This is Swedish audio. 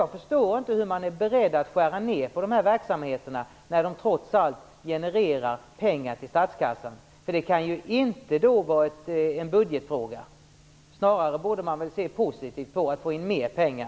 Jag förstår inte att man är beredd att skära ner på dessa verksamheter när de trots allt genererar pengar till statskassan. Det kan inte vara en budgetfråga. Snarare borde man se positivt på att få in mer pengar.